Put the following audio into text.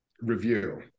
review